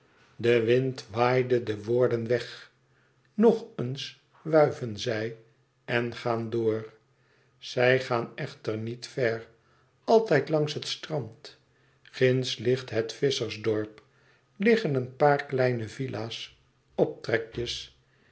de wind waaide de woorden weg nog eens wuiven zij en gaan door zij gaan echter niet ver altijd langs het strand ginds ligt het visschersdorp liggen een paar kleine villa's